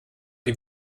die